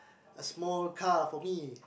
a small car for me